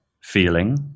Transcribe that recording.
feeling